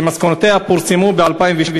שמסקנותיה פורסמו ב-2003,